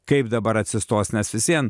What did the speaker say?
kaip dabar atsistos nes vis vien